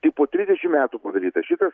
tai po trisdešim metų padarytas šitas